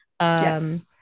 Yes